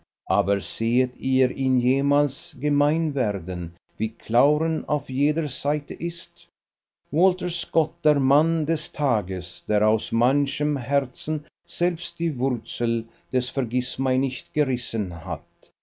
aber sehet ihr ihn jemals gemein werden wie clauren auf jeder seite ist walter scott der mann des tages der aus manchem herzen selbst die wurzel des vergißmeinnicht gerissen hat